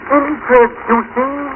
introducing